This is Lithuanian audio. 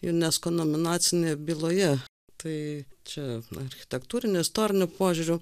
unesco nominacinėj byloje tai čia architektūriniu istoriniu požiūriu